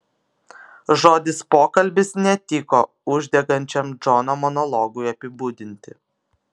žodis pokalbis netiko uždegančiam džono monologui apibūdinti